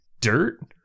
dirt